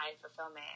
fulfillment